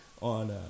On